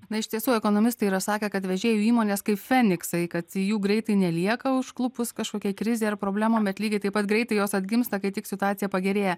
na iš tiesų ekonomistai yra sakę kad vežėjų įmonės kaip feniksai kad jų greitai nelieka užklupus kažkokiai krizei ar problemai bet lygiai taip pat greitai jos atgimsta kai tik situacija pagerėja